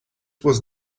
was